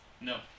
No